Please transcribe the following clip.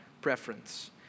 preference